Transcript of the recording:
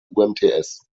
umts